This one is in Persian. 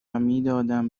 میدادم